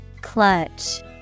Clutch